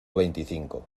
veinticinco